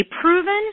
proven